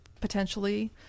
potentially